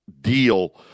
deal